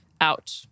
out